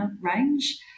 range